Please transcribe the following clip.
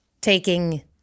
taking